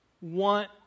want